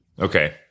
Okay